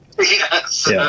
Yes